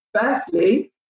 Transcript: firstly